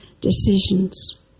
decisions